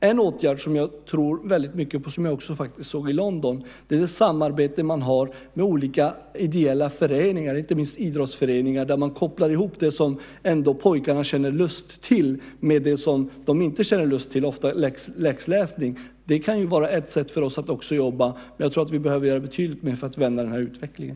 En åtgärd som jag tror väldigt mycket på och som jag såg i London är det samarbete man där har med olika ideella föreningar, inte minst idrottsföreningar, där man kopplar ihop det som pojkarna känner lust till med det som de inte känner lust till, ofta läxläsning. Det kan vara ett sätt också för oss att jobba. Jag tror dock att vi behöver göra betydligt mer för att vända den här utvecklingen.